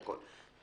מה כן?